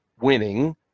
winning